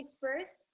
first